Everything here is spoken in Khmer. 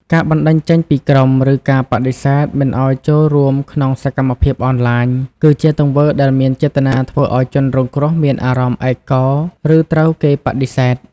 ការបណ្តេញចេញពីក្រុម ឬការបដិសេធមិនឲ្យចូលរួមក្នុងសកម្មភាពអនឡាញ គឺជាទង្វើដែលមានចេតនាធ្វើឲ្យជនរងគ្រោះមានអារម្មណ៍ ឯកោ ឬត្រូវគេបដិសេធ។